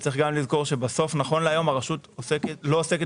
צריך גם לזכור שבסוף נכון להיום הרשות בכלל לא עוסקת